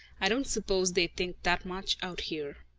i don't suppose they think that much out here,